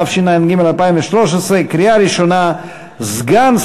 התשע"ג 2013, לוועדת הכספים נתקבלה.